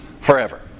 forever